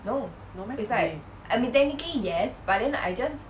no meh